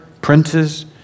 princes